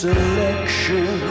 Selection